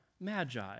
magi